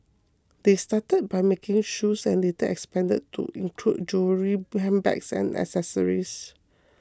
they started by making shoes and later expanded to include jewellery handbags and accessories